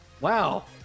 Wow